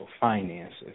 finances